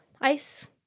ice